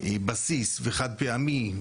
בסיס וחד-פעמי,